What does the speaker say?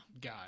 guy